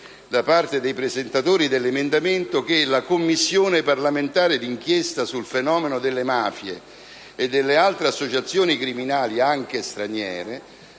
da parte dei presentatori dell'emendamento, far sì che la «Commissione parlamentare di inchiesta sul fenomeno delle mafie e sulle altre associazioni criminali, anche straniere»